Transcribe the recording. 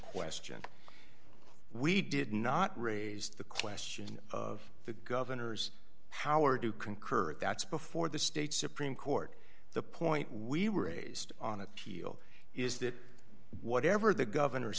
question we did not raise the question of the governor's power to concur that's before the state supreme court the point we were raised on appeal is that whatever the governor